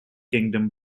kingdom